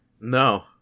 No